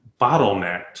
bottlenecked